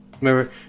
Remember